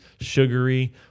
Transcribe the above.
sugary